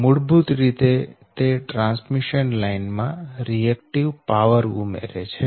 મૂળભૂત રીતે તે ટ્રાન્સમીશન લાઈન માં રિએકટીવ પાવર ઉમેરે છે